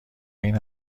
این